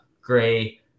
gray